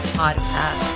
podcast